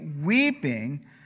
weeping